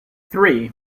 three